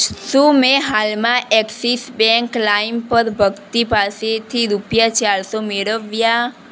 શું મેં હાલમાં એક્સિસ બેંક લાઇમ પર ભક્તિ પાસેથી રૂપિયા ચારસો મેળવ્યા